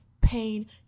pain